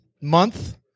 month